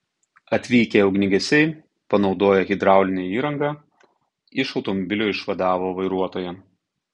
atvykę ugniagesiai panaudoję hidraulinę įrangą iš automobilio išvadavo vairuotoją